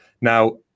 Now